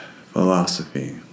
philosophy